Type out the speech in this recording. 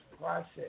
process